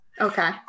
Okay